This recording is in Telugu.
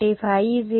డైవర్జెన్స్ ఉంటుంది